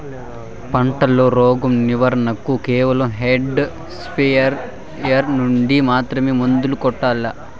పంట లో, రోగం నివారణ కు కేవలం హ్యాండ్ స్ప్రేయార్ యార్ నుండి మాత్రమే మందులు కొట్టల్లా?